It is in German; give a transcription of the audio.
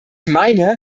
meine